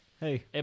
Hey